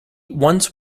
once